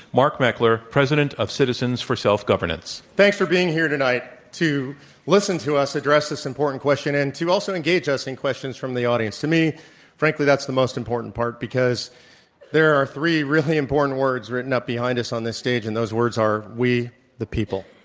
mark meckler, president of citizens for self-governance. thank you. thanks for being here tonight to listen to us address this important question and to also engage us in questions from the audience. to me frankly that's the most important part, because there are three really important words written behind us on this stage and those words are we the people.